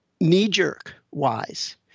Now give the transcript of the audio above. knee-jerk-wise